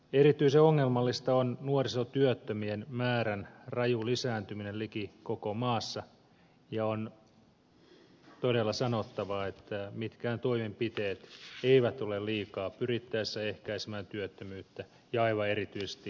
erityisen ongelmallista on nuorisotyöttömien määrän raju lisääntyminen liki koko maassa ja on todella sanottava että mitkään toimenpiteet eivät ole liikaa pyrittäessä ehkäisemään työttömyyttä ja aivan erityisesti nuorisotyöttömyyttä